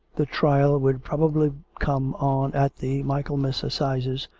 the trial would probably come on at the michaelmas assizes,